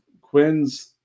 Quinn's